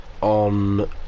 on